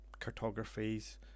cartographies